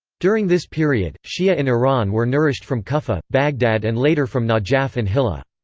during this period, shia in iran were nourished from kufah, baghdad and later from najaf and hillah.